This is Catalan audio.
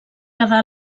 quedà